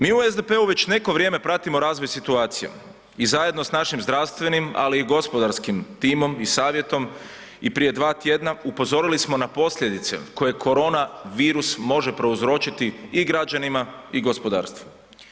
Mi u SDP-u već neko vrijeme pratimo razvoj situacije i zajedno s našim zdravstvenim, ali i gospodarskim timom i savjetom i prije dva tjedna upozorili smo na posljedice koje korona virus može prouzročiti i građanima i gospodarstvu.